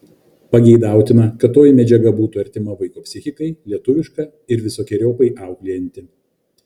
pageidautina kad toji medžiaga būtų artima vaiko psichikai lietuviška ir visokeriopai auklėjanti